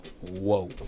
whoa